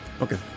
Okay